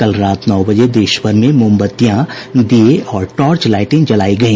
कल रात नौ बजे देशभर में मोमबत्तियां दिए और टार्च लाइटें जलाई गई